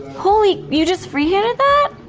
holy you just free handed that?